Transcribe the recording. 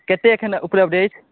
कतेक एखन उपलब्ध अछि